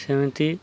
ସେମିତି